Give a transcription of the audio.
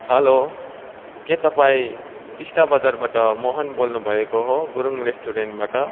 hello के तपाईँ टिस्टा बजारबाट मोहन बोल्नु भएको हो गुरुङ रेस्टुरेन्टबाट